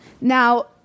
Now